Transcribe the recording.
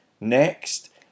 next